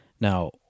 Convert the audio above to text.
Now